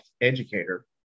Educator